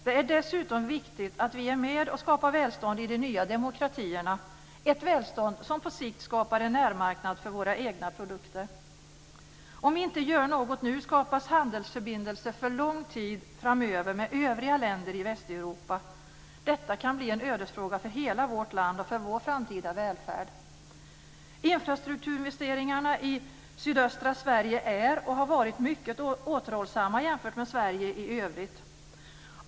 Det är dessutom viktigt att vi är med och skapar välstånd i de nya demokratierna - ett välstånd som på sikt skapar en närmarknad för våra egna produkter. Om vi inte gör något nu skapas handelsförbindelser för lång tid framöver med övriga länder i Västeuropa. Detta kan bli en ödesfråga för hela vårt land och för vår framtida välfärd. Infrastrukturinvesteringarna i sydöstra Sverige är och har varit mycket återhållsamma jämfört med Sverige i övrigt.